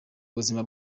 buzima